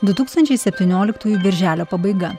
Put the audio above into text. du tūkstančiai septinioliktųjų birželio pabaiga